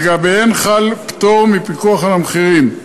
שלגביהן חל פטור מפיקוח על מחירים,